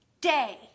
day